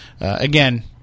again